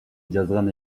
жазган